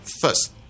First